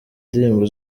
ndirimbo